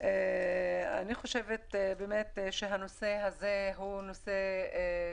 חושבת שהנושא הזה הוא קריטי,